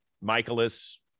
Michaelis